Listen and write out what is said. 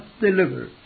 deliver